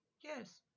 yes